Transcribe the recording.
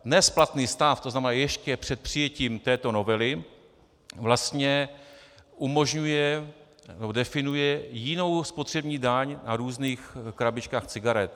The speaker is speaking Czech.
Dnes platný stav, to znamená ještě před přijetím této novely, vlastně umožňuje nebo definuje jinou spotřební daň na různých krabičkách cigaret.